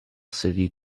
city